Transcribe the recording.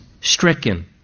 stricken